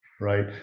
right